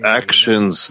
actions